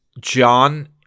John